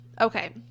Okay